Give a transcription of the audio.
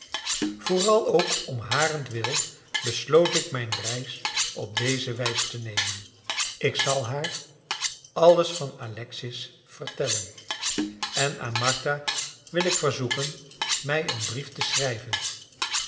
vooral ook om harentwille besloot ik mijn reis op deze wijs te nemen ik zal haar alles van alexis vertellen en aan martha wil ik verzoeken mij een brief te schrijven